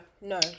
no